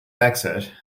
exit